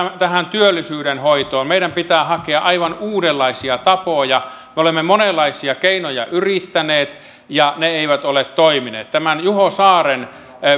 työllisyyden hoitoon meidän pitää hakea aivan uudenlaisia tapoja me olemme monenlaisia keinoja yrittäneet ja ne eivät ole toimineet tämän juho saaren